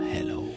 Hello